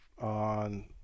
On